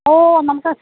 ഓ നമുക്ക്